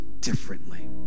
differently